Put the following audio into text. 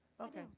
Okay